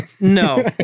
No